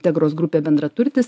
tegros grupė bendraturtis